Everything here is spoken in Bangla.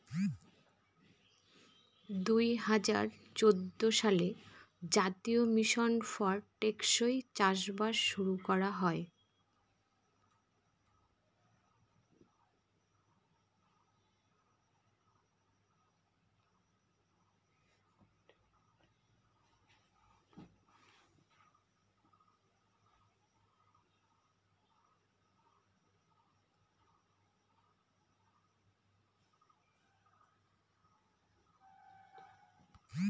দুই হাজার চৌদ্দ সালে জাতীয় মিশন ফর টেকসই চাষবাস শুরু করা হয়